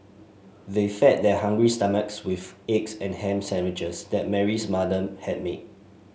they fed their hungry stomachs with eggs and ham sandwiches that Mary's mother had made